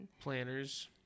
planners